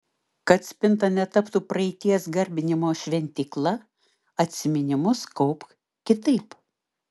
kad spinta netaptų praeities garbinimo šventykla atsiminimus kaupk kitaip